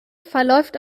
verläuft